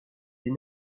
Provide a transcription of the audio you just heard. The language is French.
des